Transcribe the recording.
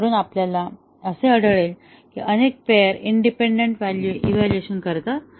त्यावरून आपल्याला असे आढळेल की अनेक पेअर इंडिपेंडंट इव्हॅल्युएशन करतात